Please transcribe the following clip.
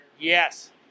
Yes